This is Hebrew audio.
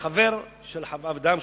וחבר של הוועדה המשותפת.